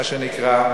מה שנקרא,